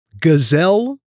Gazelle